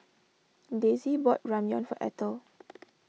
Desi bought Ramyeon for Ethel